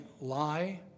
lie